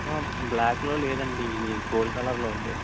బ్లాకులో లేదండి ఇది గోల్డ్ కలర్లో ఉంది